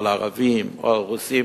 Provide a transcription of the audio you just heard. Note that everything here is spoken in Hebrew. על ערבים או על רוסים,